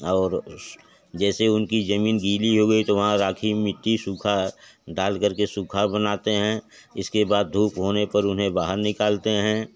और उस जैसे उनकी जमीन गीली हो गई तो वहाँ राखी मिट्टी सूखा डाल करके सूखा बनाते हैं इसके बाद धूप होने पर उन्हें बाहर निकालते हैं